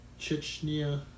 Chechnya